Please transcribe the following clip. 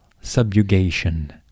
subjugation